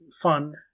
fun